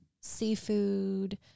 seafood